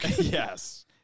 Yes